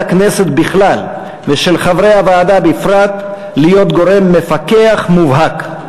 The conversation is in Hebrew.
הכנסת בכלל ושל חברי הוועדה בפרט להיות גורם מפקח מובהק.